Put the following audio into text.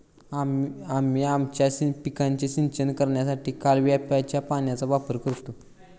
आम्ही आमच्या पिकांचे सिंचन करण्यासाठी कालव्याच्या पाण्याचा वापर करतो